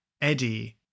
Eddie